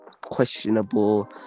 questionable